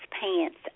pants